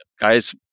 guys